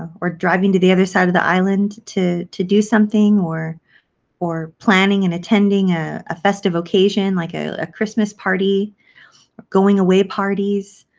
driving to the other side of the island to to do something or or planning and attending ah a festive occasion like a a christmas party or going-away parties,